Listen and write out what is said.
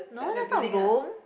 no that's not Rome